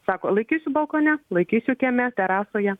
sako laikysiu balkone laikysiu kieme terasoje